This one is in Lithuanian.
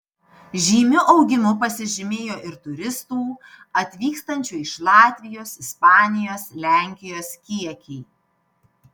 žymiu augimu pasižymėjo ir turistų atvykstančių iš latvijos ispanijos lenkijos kiekiai